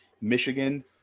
Michigan